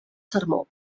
sermó